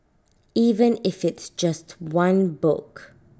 even if it's just one book